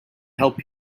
help